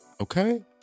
okay